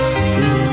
see